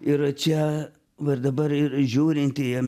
ir čia va ir dabar ir žiūrint į